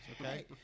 okay